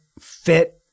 fit